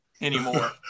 anymore